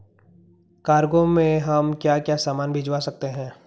Cargo में हम क्या क्या सामान भिजवा सकते हैं?